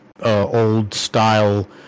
old-style